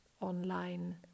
online